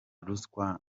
ruswa